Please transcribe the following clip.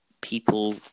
people